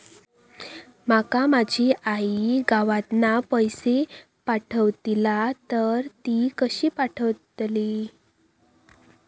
माका माझी आई गावातना पैसे पाठवतीला तर ती कशी पाठवतली?